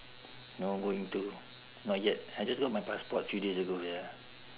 no going to not yet I just got my passport few days ago ya